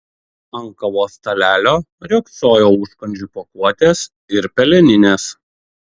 ant kavos stalelio riogsojo užkandžių pakuotės ir peleninės